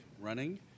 running